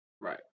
Right